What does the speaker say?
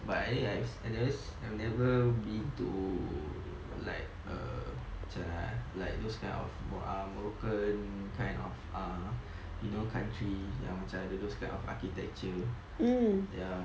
but I I've I never I've never been to like err macam mana eh like those kind of mor~ err moroccan kind of err you know country ya yang macam ada those kind of architecture ya